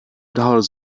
dollars